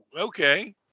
okay